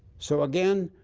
so again,